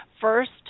first